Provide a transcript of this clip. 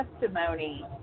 testimony